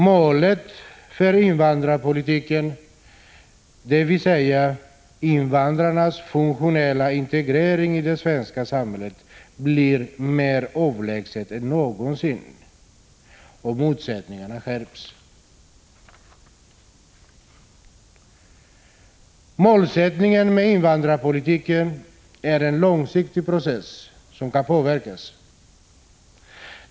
Målet för invandrarpolitiken, dvs. invandrarnas funktionella integrering i det svenska samhället, har blivit mer avlägset än någonsin, och motsättningarna skärps. Målsättningen med invandrarpolitiken är en långsiktig process som kan påverkas.